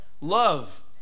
love